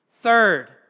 Third